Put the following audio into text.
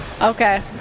Okay